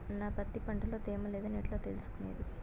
నా పత్తి పంట లో తేమ లేదని ఎట్లా తెలుసుకునేది?